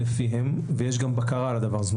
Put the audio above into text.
לפיהם אנחנו עובדים ויש גם בקרה על הדבר הזה.